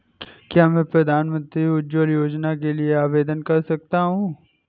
क्या मैं प्रधानमंत्री उज्ज्वला योजना के लिए आवेदन कर सकता हूँ?